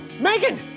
Megan